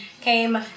Came